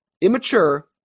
immature